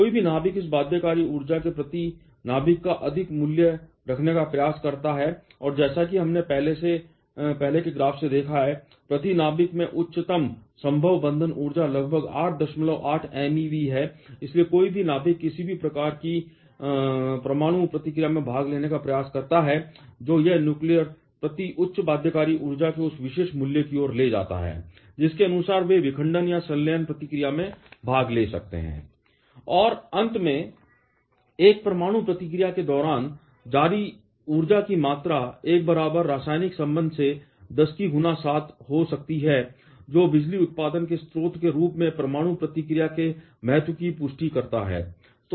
कोई भी नाभिक इस बाध्यकारी ऊर्जा के प्रति नाभिक का अधिक मूल्य रखने का प्रयास करता है और जैसा कि हमने पहले के ग्राफ से देखा है प्रति नाभिक में उच्चतम संभव बंधन ऊर्जा लगभग 88 MeV है और इसलिए कोई भी नाभिक किसी भी प्रकार की परमाणु प्रतिक्रिया में भाग लेने का प्रयास करता है जो यह न्यूक्लियर प्रति उच्च बाध्यकारी ऊर्जा के उस विशेष मूल्य की ओर ले जाता है जिसके अनुसार वे विखंडन या संलयन प्रतिक्रिया में भाग ले सकते हैं और अंत में एक परमाणु प्रतिक्रिया के दौरान जारी ऊर्जा की मात्रा एक बराबर रासायनिक संबंध से 107 गुना हो सकती है जो बिजली उत्पादन के स्रोत के रूप में परमाणु प्रतिक्रिया के महत्व की पुष्टि करता है